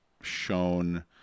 shown